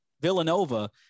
Villanova